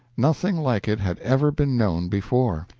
nothing like it had ever been known before.